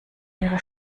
ihre